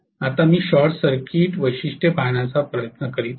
आता मी short circuit वैशिष्ट्ये पाहण्याचा प्रयत्न करीत आहे